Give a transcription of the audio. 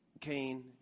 Cain